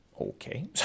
Okay